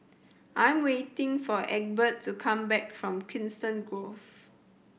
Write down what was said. I'm waiting for Egbert to come back from Coniston Grove